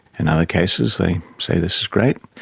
in other cases they say this is great.